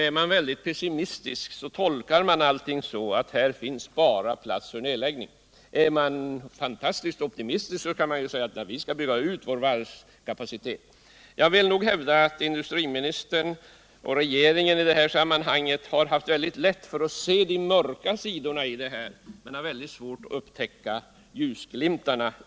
Är man väldigt pessimistisk, tolkar man allting så att här finns bara plats för nedläggning. Är man fantastiskt optimistisk kan man säga att vi skall bygga ut vår varvskapacitet. Jag vill nog hävda att industriministern och regeringen i det här sammanhanget haft lätt att se de mörka sidorna men svårt att upptäcka ljusglimtarna.